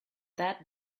that